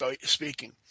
speaking